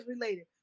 related